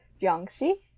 Jiangxi